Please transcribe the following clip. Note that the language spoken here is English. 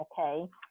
okay